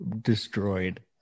destroyed